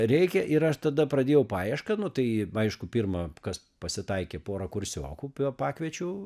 reikia ir aš tada pradėjau paiešką nu tai aišku pirma kas pasitaikė pora kursiokų pa pakviečiau